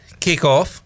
Kickoff